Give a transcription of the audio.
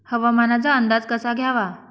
हवामानाचा अंदाज कसा घ्यावा?